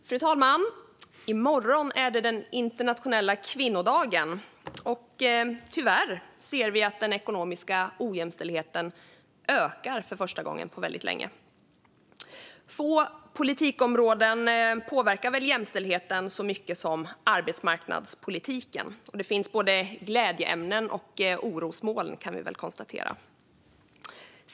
Fru talman! I morgon är det internationella kvinnodagen, och tyvärr ser vi att den ekonomiska ojämställdheten ökar för första gången på väldigt länge. Få politikområden påverkar jämställdheten så mycket som arbetsmarknadspolitiken, och det finns både glädjeämnen och orosmoln, kan vi konstatera.